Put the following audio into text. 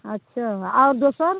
अच्छा आओर दोसर